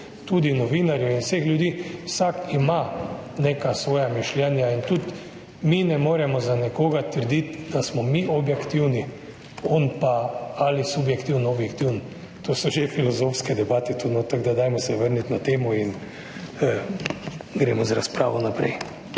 tudi novinarjev in vseh ljudi – vsak ima neka svoja mišljenja in tudi mi ne moremo za nekoga trditi, da smo mi objektivni, on pa ali subjektiven ali objektiven. To so že filozofske debate tu notri, tako da dajmo se vrniti na temo in gremo z razpravo naprej.